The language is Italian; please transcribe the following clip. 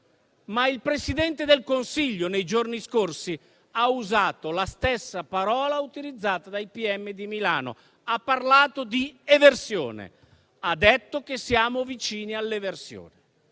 ma il Presidente del Consiglio, nei giorni scorsi, ha usato la stessa parola utilizzata dai pubblici ministeri di Milano: ha parlato di eversione, ha detto che siamo vicini all'eversione.